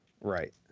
Right